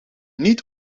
niet